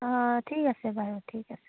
অঁ ঠিক আছে বাৰু ঠিক আছে